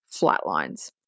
flatlines